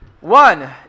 One